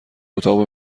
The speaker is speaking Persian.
اتاق